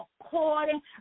according